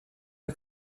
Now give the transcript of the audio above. ihr